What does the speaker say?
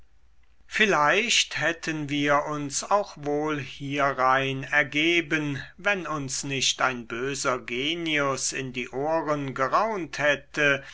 vielleicht hätten wir uns auch wohl hierein ergeben wenn uns nicht ein böser genius in die ohren geraunt hätte